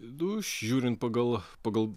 nu žiūrint pagal pagal